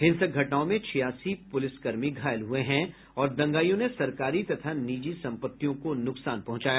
हिंसक घटनाओं में छियासी पुलिसकर्मी घायल हुए हैं और दंगाइयों ने सरकारी तथा निजी संपत्तियों को नुकसान पहुंचाया